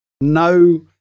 no